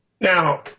Now